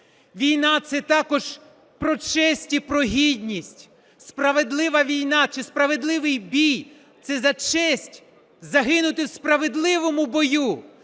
Війна – це також про честь і про гідність. Справедлива війна чи справедливий бій – це за честь загинути в справедливому бою.